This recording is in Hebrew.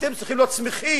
אתם צריכים להיות שמחים.